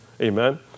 Amen